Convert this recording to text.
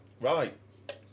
Right